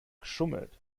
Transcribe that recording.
geschummelt